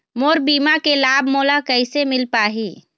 मोर बीमा के लाभ मोला कैसे मिल पाही?